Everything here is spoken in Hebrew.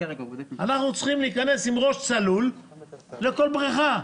אנחנו צריכים להיכנס עם ראש צלול לכל בריכה.